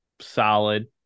solid